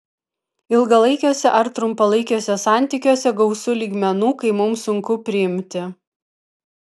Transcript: ilgalaikiuose ar trumpalaikiuose santykiuose gausu lygmenų kai mums sunku priimti